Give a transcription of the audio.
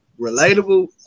relatable